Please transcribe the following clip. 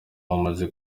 hamaze